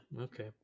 okay